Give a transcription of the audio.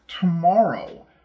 tomorrow